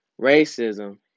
racism